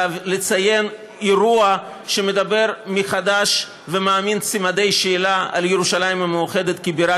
לציין אירוע שמדבר מחדש ומעמיד סימני שאלה על ירושלים המאוחדת כבירה